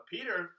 Peter